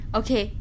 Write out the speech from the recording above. okay